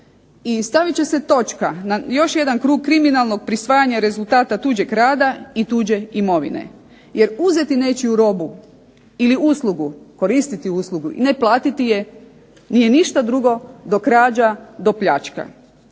stavit će se točka na još jedan krug kriminalnog prisvajanja rezultata tuđeg rada i tuđe imovine, jer uzeti nečiju robu ili uslugu, koristiti uslugu i ne platiti je nije ništa drugo do krađa, do pljačka.